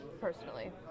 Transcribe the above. personally